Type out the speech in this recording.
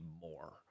more